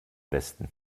westen